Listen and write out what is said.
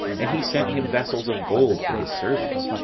and he sent him vessels of gold for his service,